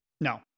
No